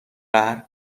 قهر